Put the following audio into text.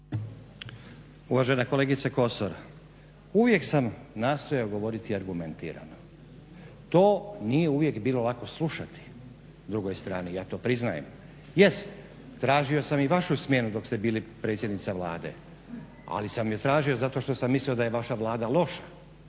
Uvažena kolegice Kosor uvijek sam nastojao govoriti argumentirano. To nije uvijek bilo lako slušati drugoj strani, ja to priznajem. Jest, tražio sam i vašu smjenu dok ste bili predsjednica Vlade, ali sam je tražio zato što sam mislio da je vaša Vlada loša.